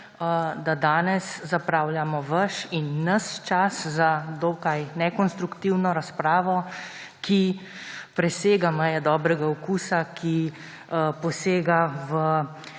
da danes zapravljamo vaš in naš čas za dokaj nekonstruktivno razpravo, ki presega meje dobrega okusa, ki posega v